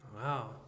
wow